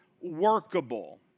workable